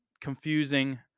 confusing